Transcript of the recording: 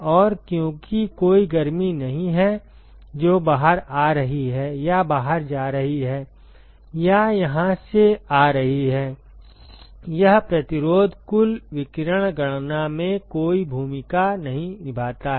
और क्योंकि कोई गर्मी नहीं है जो बाहर आ रही है या बाहर जा रही है या यहां से आ रही है यह प्रतिरोध कुल विकिरण गणना में कोई भूमिका नहीं निभाता है